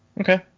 Okay